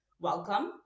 welcome